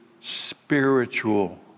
spiritual